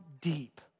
deep